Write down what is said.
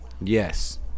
yes